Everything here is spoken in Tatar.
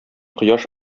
кояш